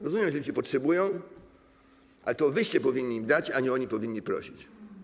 Rozumiem, że oni dzisiaj potrzebują, ale to wyście powinni im dać, a nie oni powinni prosić.